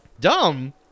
Dumb